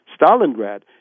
Stalingrad